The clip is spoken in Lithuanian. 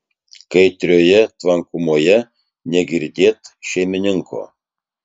kaitrioje tvankumoje negirdėt šeimininko